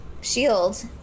shield